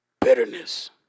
bitterness